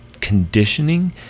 conditioning